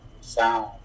sound